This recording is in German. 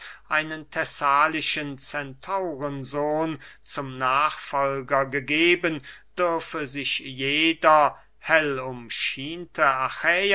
einen thessalischen centaurensohn zum nachfolger gegeben dürfe sich jeder